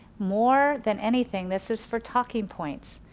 more than anything, this is for talking points.